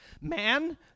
Man